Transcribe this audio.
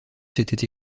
s’étaient